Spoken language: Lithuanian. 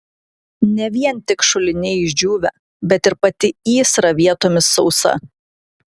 ne vien tik šuliniai išdžiūvę bet ir pati įsra vietomis sausa